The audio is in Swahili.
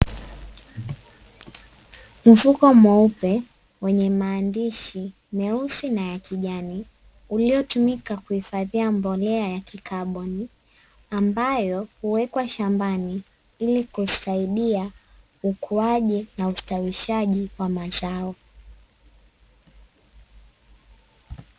Mfuko mweupe wenye maandishi meusi na ya kijani uliotumika kuhifadhia mbolea ya kikaboni, ambayo huwekwa shambani ili kusaidia ukuaji na ustawishaji kwa mazao.